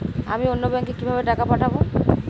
আমি অন্য ব্যাংকে কিভাবে টাকা পাঠাব?